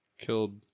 killed